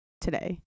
today